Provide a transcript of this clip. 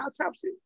autopsy